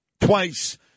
Twice